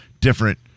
different